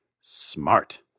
smart